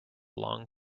long